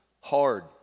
hard